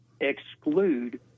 exclude